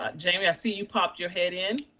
ah jamie i see you popped your head in.